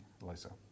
Lisa